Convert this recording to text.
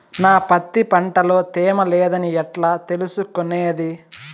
నా పత్తి పంట లో తేమ లేదని ఎట్లా తెలుసుకునేది?